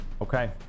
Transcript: Okay